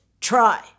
try